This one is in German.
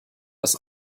das